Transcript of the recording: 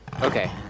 Okay